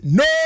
no